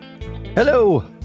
Hello